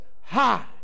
High